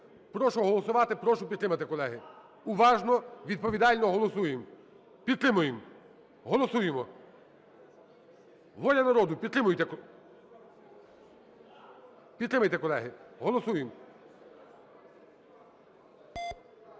Прошу голосувати, прошу підтримати, колеги. Уважно, відповідально голосуємо. Підтримаємо. Голосуємо. "Воля народу" підтримайте, підтримайте, колеги. Голосуємо.